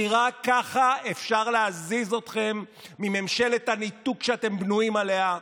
כי רק כך אפשר להזיז אתכם מממשלת הניתוק שאתם בנויים עליה,